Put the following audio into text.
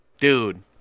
Dude